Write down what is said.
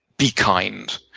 be kind.